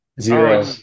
Zero